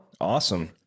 awesome